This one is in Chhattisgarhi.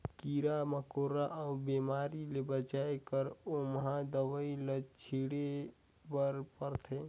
कीरा मकोरा अउ बेमारी ले बचाए बर ओमहा दवई ल छिटे बर परथे